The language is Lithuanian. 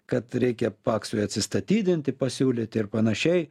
kad reikia paksui atsistatydinti pasiūlyti ir panašiai